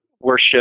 worship